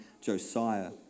Josiah